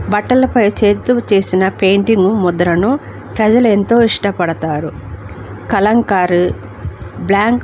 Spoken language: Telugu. బట్టలపై చేతితో చేసిన పెయింటింగ్ ముద్రను ప్రజలు ఎంతో ఇష్టపడతారు కలంకారు బ్లాంక్